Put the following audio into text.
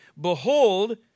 Behold